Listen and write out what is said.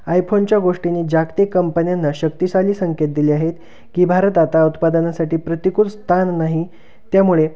आयफोनच्या गोष्टींनी जागतिक कंपन्यांना शक्तिशाली संकेत दिले आहेत की भारत आता उत्पादनासाठी प्रतिकृल स्थान नाही त्यामुळे